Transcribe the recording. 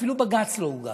אפילו בג"ץ לא הוגש.